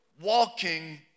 walking